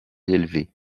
élevées